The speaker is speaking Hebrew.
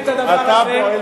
בעצם לא,